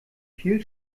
viel